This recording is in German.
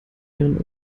ihren